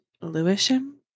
Lewisham